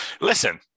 Listen